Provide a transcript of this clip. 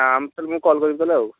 ନା ମୁଁ କଲ୍ କରିବି ତା'ହେଲେ ଆଉ